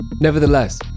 Nevertheless